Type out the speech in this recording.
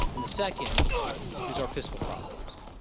and the second is our fiscal problems.